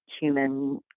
human